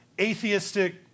atheistic